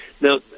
Now